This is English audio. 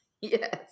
Yes